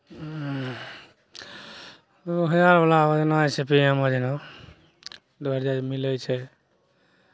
दू हजारवला योजना छै पी एम योजना दू हजार मिलै छै